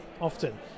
often